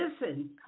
listen